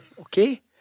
okay